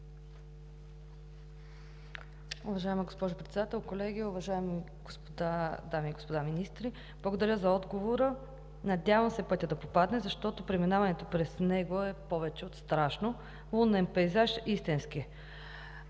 Уважаема госпожо Председател, колеги, уважаеми дами и господа министри! Благодаря за отговора. Надявам се пътят да попадне, защото преминаването през него е повече от страшно – истински